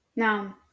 Now